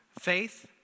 Faith